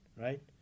right